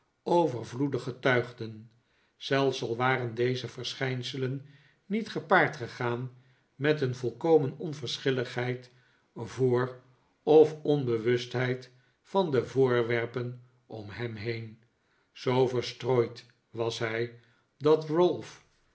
overvloedig getuigden zelfs al waren deze verschijnselen niet gepaard gegaan met een volkomen onverschilligheid voor of onbewustheid van de voorwerpen om hem heen zoo verstrooid was hij dat ralph